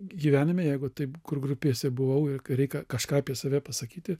gyvenime jeigu taip kur grupėse buvau ir reikia kažką apie save pasakyti